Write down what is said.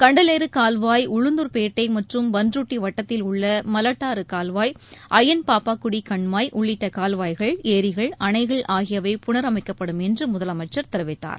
கண்டலேறு கால்வாய் உளுந்தூர்பேட்டை மற்றும் பண்ருட்டி வட்டத்தில் உள்ள மலட்டாறு கால்வாய் அயன்பாப்பாகுடி கண்மாய் உள்ளிட்ட கால்வாய்கள் ஏரிகள் அணைகள் ஆகியவை புனரமைக்கப்படும் என்று முதலமைச்சர் தெரிவித்தார்